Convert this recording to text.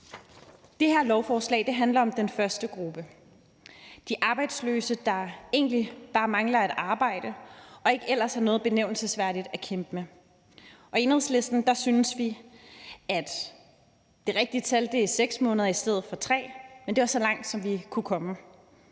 Det her lovforslag handler om den første gruppe: de arbejdsløse, der egentlig bare mangler et arbejde og ellers ikke har noget nævneværdigt at kæmpe med. I Enhedslisten synes vi, at det rigtige tal er 6 måneder i stedet for 3 måneder, men det var så langt, som vi kunne komme.